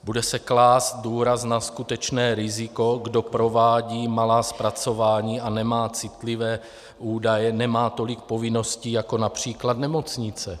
Bude se klást důraz na skutečné riziko kdo provádí malá zpracování a nemá citlivé údaje, nemá tolik povinností jako např. nemocnice.